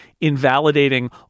invalidating